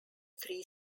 three